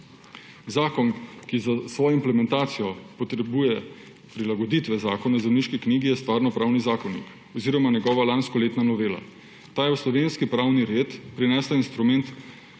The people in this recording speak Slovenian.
Zakon, ki za svojo implementacijo potrebuje prilagoditve Zakona o zemljiški knjigi, je Stvarnopravni zakonik oziroma njegova lanskoletna novela. Ta je v slovenski pravni red prinesla instrument